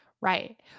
Right